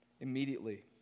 immediately